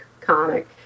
comic